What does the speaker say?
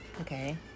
Okay